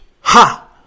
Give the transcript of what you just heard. ha